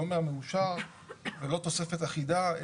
לא מהמאושר ולא תוספת אחידה,